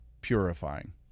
purifying